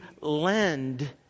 lend